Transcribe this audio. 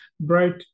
bright